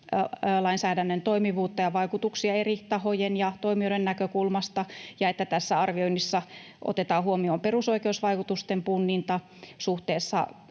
lainsäädännön toimivuutta ja vaikutuksia eri tahojen ja toimijoiden näkökulmasta ja että tässä arvioinnissa otetaan huomioon perusoikeusvaikutusten punninta suhteessa